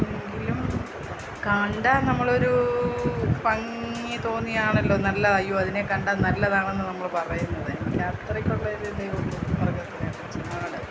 എങ്കിലും കണ്ടാൽ നമ്മളൊരു ഭംഗി തോന്നിയാണല്ലോ നല്ല അയ്യോ അതിനെ കണ്ടാൽ നല്ലതാണെന്നു നമ്മൾ പറയുന്നത് എനിക്ക് യാത്രക്കുള്ള ഒരിതെ ഉള്ളു മൃഗത്തിനെക്കുറിച്ച് ആട്